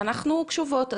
ואנחנו קשובות.